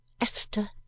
Esther